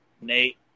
Nate